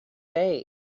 fake